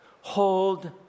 Hold